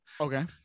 okay